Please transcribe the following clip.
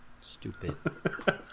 stupid